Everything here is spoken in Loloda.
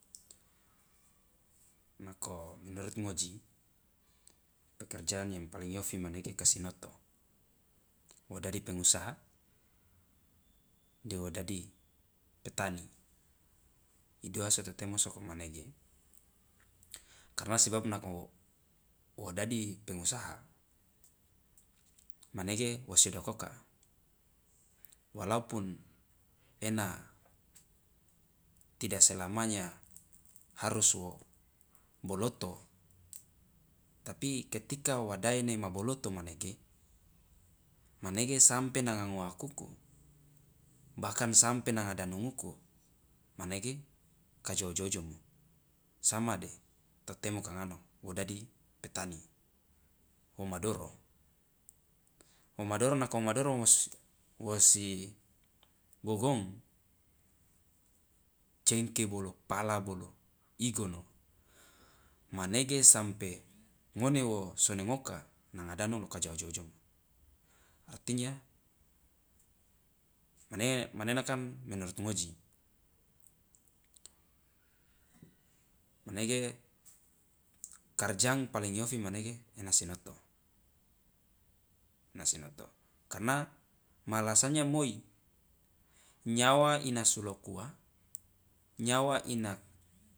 nako menurut ngoji pekerjaan yang paling iofi manege ka sinoto wo dadi pengusaha de wodadi petani idoa so totemo sokomanege karna sebab nako wo dadi pengusaha manege wosi odakoka walaupun ena tida selamanya harus wo boloto tapi ketika wa daene ma boloto manege manege sampe nanga ngoakuku bahkan sampe nanga danonguku manege kajo ojo- ojomo sama de totemo kangano wo dadi petani woma doro woma doro nako woma doro wosi gogong cengke bolo pala bolo igono manege sampe ngone wo sonengoka nanga danongo lo kajo ojo- ojomo artinya mane manenakan menurut ngoji manege karjang paling iofi manege ena sinoto ena sinoto karna ma alasannya moi nyawa inasulokuwa nyawa ina.